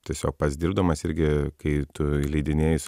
tiesiog pats dirbdamas irgi kai tu leidiniais